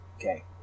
okay